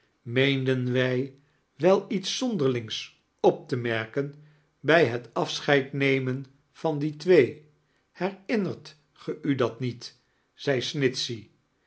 meendein wij wel iets zonderlings op te marten bij het afscheid nemen van die twee herinnert ge u dat niet zei snitchey